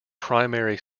primary